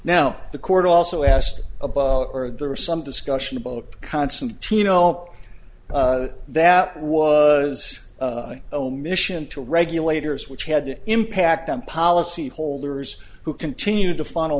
now the court also asked about or there was some discussion about constantino that was one mission to regulators which had impact on policy holders who continued to funnel